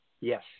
yes